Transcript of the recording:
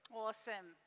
Awesome